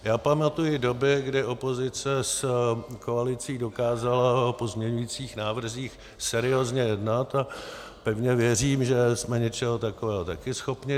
Já pamatuji doby, kdy opozice s koalicí dokázala o pozměňovacích návrzích seriózně jednat, a pevně věřím, že jsme něčeho takového také schopni.